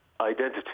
identity